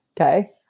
Okay